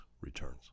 returns